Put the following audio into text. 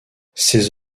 ses